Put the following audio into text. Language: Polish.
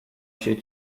się